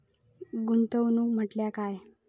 गुंतवणूक म्हटल्या काय?